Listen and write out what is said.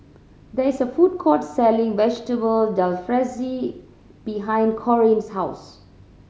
there is a food court selling Vegetable Jalfrezi behind Corrine's house